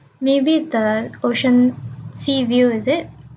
maybe the ocean sea view is it